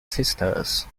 sisters